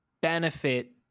benefit